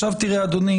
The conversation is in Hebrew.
תודה.